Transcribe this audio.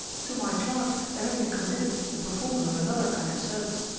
to my charge there has been committed the performance of another kind of service.